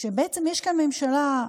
שיש כאן ממשלה,